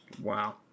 wow